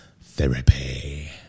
therapy